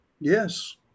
Yes